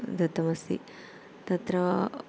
दत्तमस्ति तत्र